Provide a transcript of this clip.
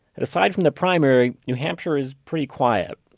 and aside from the primary, new hampshire is pretty quiet.